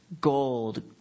gold